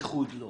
איחוד/לא.